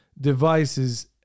devices